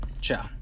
Ciao